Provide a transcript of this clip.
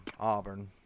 Auburn